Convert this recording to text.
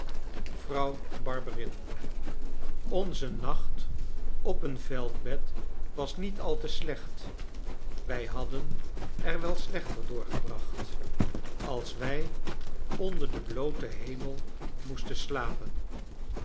vrouw barberin onze nacht op een veldbed was niet al te slecht wij hadden er wel slechter doorgebracht als wij onder den blooten hemel moesten slapen